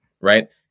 right